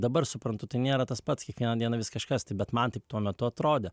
dabar suprantu tai nėra tas pats kiekvieną dieną vis kažkas tai bet man taip tuo metu atrodė